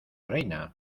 reina